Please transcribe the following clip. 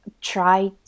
try